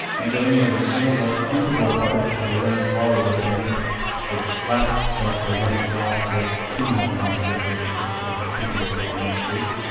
angelina is an integral integral part of the rams volleyball team. at last check, they had not lost yet team hadn't lost yet this year, so i think they're still on that streak.